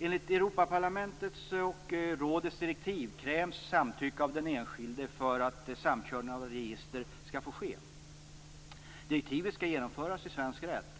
Enligt Europaparlamentets och rådets direktiv krävs samtycke av den enskilde för att samkörning av register skall få ske. Direktivet skall genomföras i svensk rätt.